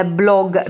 blog